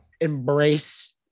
embrace